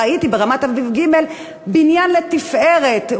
ראיתי ברמת-אביב ג' בניין לתפארת,